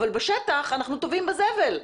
אבל בשטח אנחנו טובעים בזבל.